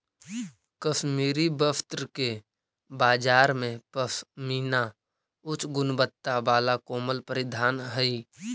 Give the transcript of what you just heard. कश्मीरी वस्त्र के बाजार में पशमीना उच्च गुणवत्ता वाला कोमल परिधान हइ